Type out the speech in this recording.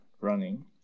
running